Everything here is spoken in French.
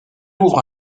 ouvre